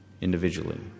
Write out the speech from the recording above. individually